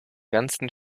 ganzen